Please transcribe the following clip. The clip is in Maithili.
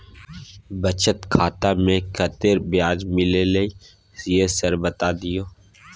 बचत खाता में कत्ते ब्याज मिलले ये सर बता दियो?